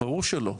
ברור שלא.